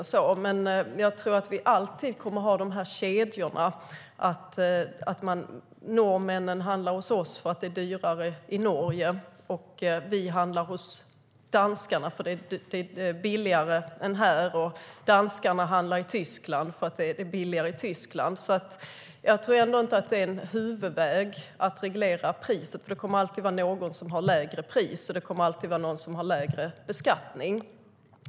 Vi kommer dock alltid att ha kedjan att norrmännen handlar hos oss för att det är dyrare i Norge, vi handlar hos danskarna för att det är billigare än här och danskarna handlar i Tyskland för att det är billigare i Tyskland. Att reglera priset är därför ingen huvudväg. Det kommer alltid att vara någon som har lägre pris och beskattning.